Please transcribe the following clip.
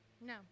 No